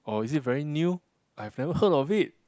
or is it very new I've never heard of it